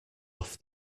off